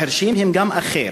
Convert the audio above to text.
החירשים הם גם אחר.